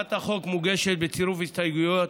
הצעת החוק מוגשת בצירוף הסתייגויות,